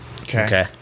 Okay